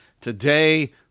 today